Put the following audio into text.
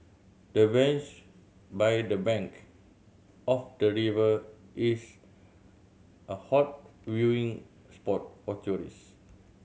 the bench by the bank of the river is a hot viewing spot for tourist